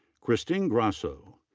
christine grosso.